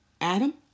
Adam